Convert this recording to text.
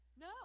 no